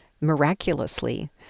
miraculously